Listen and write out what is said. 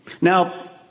Now